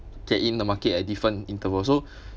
trade in the market at different interval so